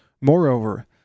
Moreover